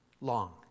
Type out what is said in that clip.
long